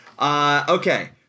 Okay